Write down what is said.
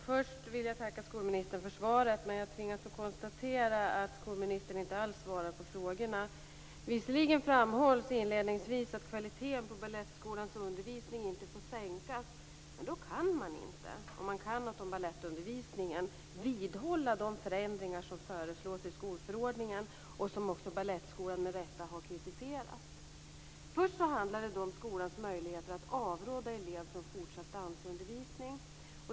Fru talman! Jag vill tacka skolministern för svaret, men jag tvingas konstatera att skolministern inte alls svarar på frågorna. Visserligen framhålls inledningsvis att kvaliteten på Balettskolans undervisning inte får sänkas. Då kan man inte, om man kan något om balettundervisningen, vidhålla de förändringar som föreslås i skolförordningen och som också Balettskolan med rätta har kritiserat. Det handlar först om skolans möjligheter att avråda en elev från fortsatt dansundervisning.